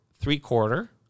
three-quarter